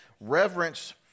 reverence